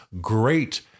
Great